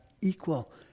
equal